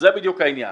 זה בדיוק העניין.